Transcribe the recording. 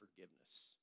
forgiveness